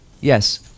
Yes